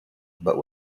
but